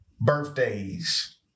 birthdays